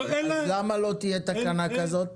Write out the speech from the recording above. למה לא תהיה תקנה כזאת?